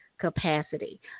Capacity